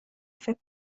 فکر